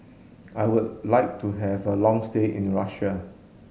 I would like to have a long stay in Russia